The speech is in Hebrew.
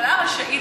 הממשלה רשאית,